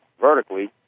vertically